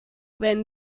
wenn